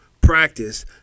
Practice